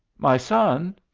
my son!